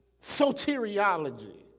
Soteriology